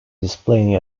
displaying